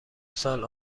سال